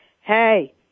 hey